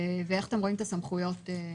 איך אתם רואים את הסמכויות ביניהם?